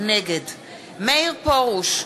נגד מאיר פרוש,